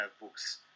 books